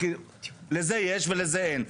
לזה יש, ולזה אין.